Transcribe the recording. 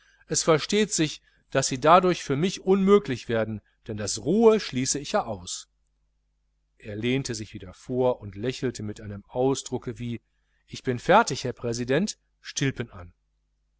es versteht sich daß sie dadurch für mich unmöglich werden denn das rohe schließe ich ja aus er lehnte sich wieder vor und lächelte mit einem ausdruck wie ich bin fertig herr präsident stilpen an